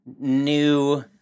new